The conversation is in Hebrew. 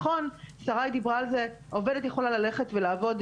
נכון שריי דיברה על זה העובדת יכולה ללכת ולעבוד,